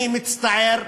אני מצטער,